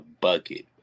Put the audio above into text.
bucket